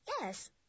Yes